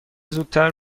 زودتر